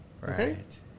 Right